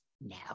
no